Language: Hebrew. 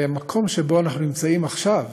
והמקום שבו אנחנו נמצאים עכשיו,